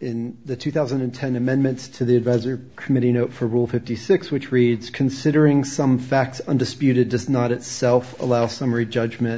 in the two thousand and ten amendments to the advisory committee you know for rule fifty six which reads considering some facts undisputed does not itself allow summary judgment